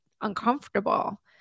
uncomfortable